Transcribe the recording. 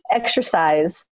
exercise